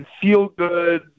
feel-good